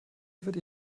würde